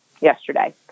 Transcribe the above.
yesterday